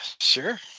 sure